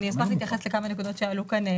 אני אשמח לכמה נקודות שעלו כאן.